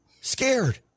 Scared